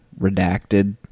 Redacted